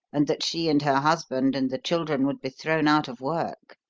and that she and her husband and the children would be thrown out of work.